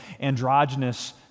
androgynous